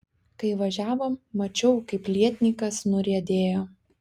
kai važiavom mačiau kaip lietnykas nuriedėjo